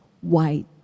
white